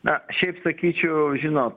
na šiaip sakyčiau žinot